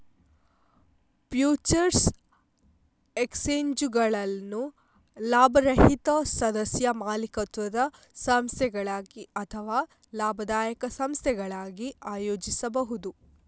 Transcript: futures ಎಕ್ಸ್ಚೇಂಜುಗಳನ್ನು ಲಾಭರಹಿತ ಸದಸ್ಯ ಮಾಲೀಕತ್ವದ ಸಂಸ್ಥೆಗಳಾಗಿ ಅಥವಾ ಲಾಭದಾಯಕ ಸಂಸ್ಥೆಗಳಾಗಿ ಆಯೋಜಿಸಬಹುದು